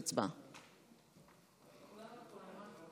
ההצעה להעביר את הנושא לוועדת החינוך,